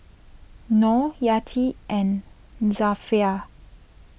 Nor Yati and Zafran